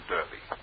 Derby